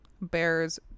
Bears